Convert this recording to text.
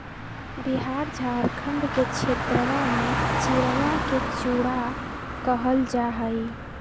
बिहार झारखंड के क्षेत्रवा में चिड़वा के चूड़ा कहल जाहई